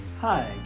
Hi